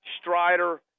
Strider